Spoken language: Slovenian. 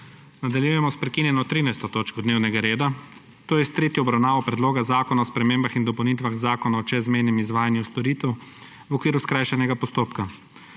Nadaljujemo s prekinjeno 13. točko dnevnega reda, to je s tretjo obravnavo Predloga zakona o spremembah in dopolnitvah Zakona o čezmejnem izvajanju storitev v okviru skrajšanega postopka.